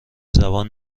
زبان